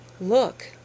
Look